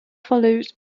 followed